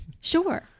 Sure